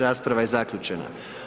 Rasprava je zaključena.